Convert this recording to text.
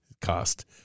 cost